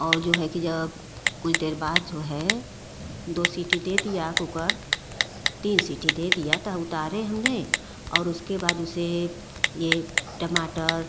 और जो है कि जब कुछ देर बाद जो है दो सिटी दे दिया कूकर तीन सिटी दे दिया तो उतारे हमने और उसके बाद उसे ये टमाटर